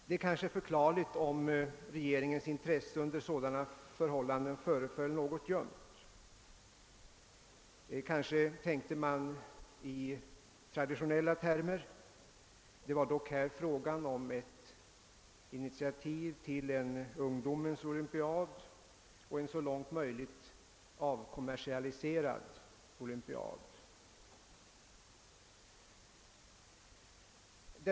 Det är kanske förklarligt att regeringens intresse under sådana förhållanden föreföll något ljumt. Kanske tänkte man i traditionella banor. Här var det dock fråga om initiativet till en ungdomens olympiad och om en så långt möjligt avkommersialiserad olympiad.